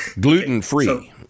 Gluten-free